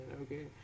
okay